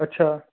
ਅੱਛਾ